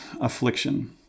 affliction